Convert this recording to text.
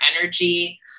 energy